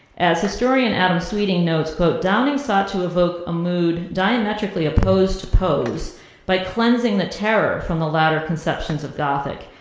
as historian adam sweeting notes quote, downing sought to evoke a mood diametrically opposed to poe's by cleansing the terror from the latter conceptions of gothic.